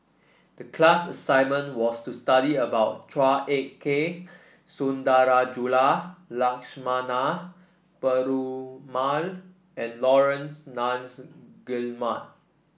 the class assignment was to study about Chua Ek Kay Sundarajulu Lakshmana Perumal and Laurence Nunns Guillemard